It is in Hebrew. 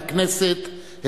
לכנסת,